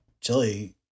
Chili